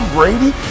Brady